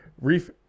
reef